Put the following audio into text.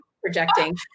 projecting